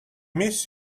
miss